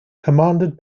commanded